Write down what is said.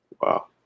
Wow